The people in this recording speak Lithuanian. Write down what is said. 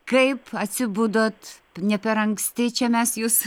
kaip atsibudot ne per anksti čia mes jus